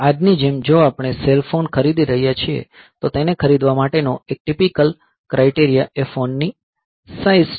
આજની જેમ જો આપણે સેલ ફોન ખરીદી રહ્યા છીએ તો તેને ખરીદવા માટેનો એક ટીપીકલ ક્રાઇટેરિયા એ ફોનની સાઇઝ છે